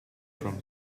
from